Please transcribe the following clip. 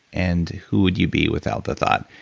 and who would you be without the thought?